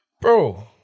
Bro